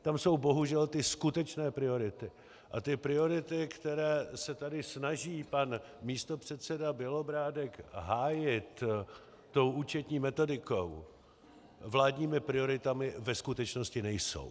Tam jsou bohužel ty skutečné priority a priority, které se tady snaží pan místopředseda Bělobrádek hájit účetní metodikou, vládními prioritami ve skutečnosti nejsou.